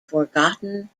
forgotten